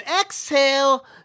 Exhale